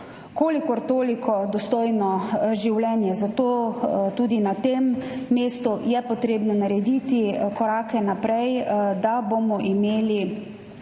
kolikor toliko dostojno življenje. Zato je tudi na tem mestu potrebno narediti korake naprej, da bomo imeli